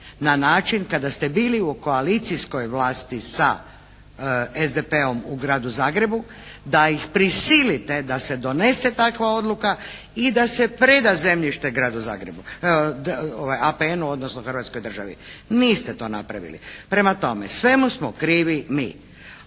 na način kada ste bili u koalicijskoj vlasti sa SDP-om u Gradu Zagrebu da ih prisilite da se donese takva odluka i da se preda zemljište APN-u, odnosno Hrvatskoj državi. Niste to napravili. Prema tome, svemu smo krivi vi.